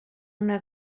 una